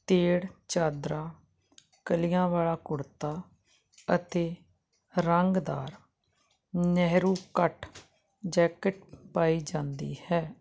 ਤੇੜ ਚਾਦਰਾ ਕਲੀਆਂ ਵਾਲਾ ਕੁੜਤਾ ਅਤੇ ਰੰਗਦਾਰ ਨਹਿਰੂ ਕੱਟ ਜੈਕਟ ਪਾਈ ਜਾਂਦੀ ਹੈ